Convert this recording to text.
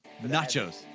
Nachos